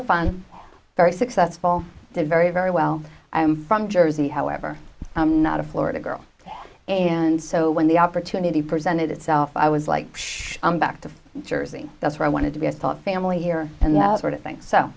fun very successful very very well i am from jersey however i'm not a florida girl and so when the opportunity presented itself i was like i'm back to jersey that's why i wanted to be a thought family here and that sort of thing so